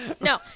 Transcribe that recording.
no